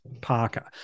Parker